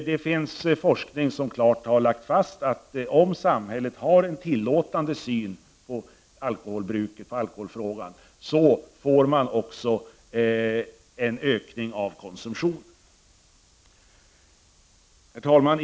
Det finns forskning som klart har fastlagt att man får en ökning av konsumtionen om samhället har en tillåtande syn på alkoholbruket. Herr talman!